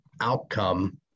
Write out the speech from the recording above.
outcome